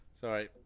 sorry